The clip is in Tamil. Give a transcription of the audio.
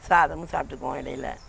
சாதமும் சாப்பிட்டுக்குவோம் இடையில